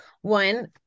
One